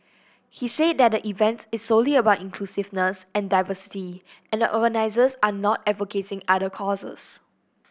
he said that the event is solely about inclusiveness and diversity and the organisers are not advocating other causes